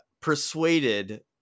persuaded